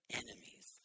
enemies